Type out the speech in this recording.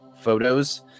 photos